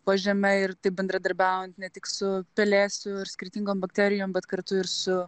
po žeme ir bendradarbiaujant ne tik su pelėsiu ir skirtingom bakterijom bet kartu ir su